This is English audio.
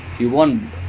ya